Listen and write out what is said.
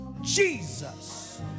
Jesus